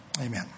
amen